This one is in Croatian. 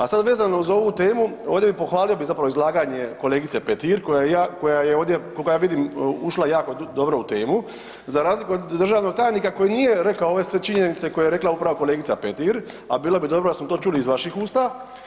A sad vezano uz ovu temu, ovdje bi pohvalio zapravo izlaganje kolegice Petir koja je ovdje koliko ja vidim, ušla jako dobro u temu, za razliku od državnog tajnika koji nije rekao ove sve činjenice koje je rekla upravo kolegica Petir, a bilo bi dobro da smo to čuli iz vaših usta.